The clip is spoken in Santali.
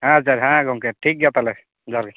ᱦᱮᱛᱳ ᱦᱮᱸ ᱜᱚᱢᱠᱮ ᱴᱷᱤᱠ ᱜᱮᱭᱟ ᱛᱟᱦᱚᱞᱮ ᱡᱚᱦᱟᱨ ᱜᱮ